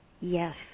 Yes